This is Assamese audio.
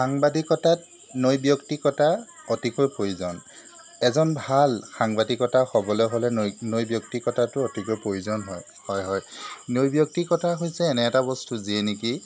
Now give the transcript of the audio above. সাংবাদিকতাত নৈ ব্যক্তিকতা অতিকৈ প্ৰয়োজন এজন ভাল সাংবাদিকতা হ'বলৈ হ'লে নৈ নৈ ব্যক্তিকতাটো অতিকৈ প্ৰয়োজন হয় হয় নৈ ব্যক্তিকতা হৈছে এনে এটা বস্তু যিয়ে নেকি